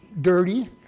dirty